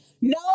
no